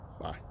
Bye